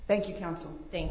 thank you counsel thank